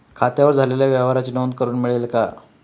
खात्यावर झालेल्या व्यवहाराची नोंद करून मिळेल का?